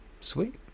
Sweet